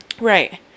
Right